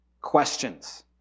questions